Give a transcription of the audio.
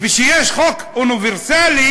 וכשיש חוק אוניברסלי,